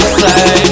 say